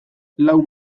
lau